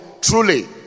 truly